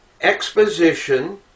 exposition